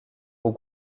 aux